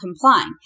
complying